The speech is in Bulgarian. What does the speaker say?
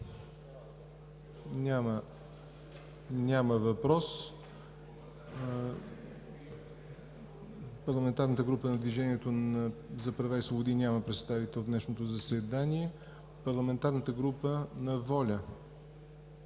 Няма въпрос. Парламентарната група на „Движението за права и свободи“ няма представител в днешното заседание. Парламентарната група на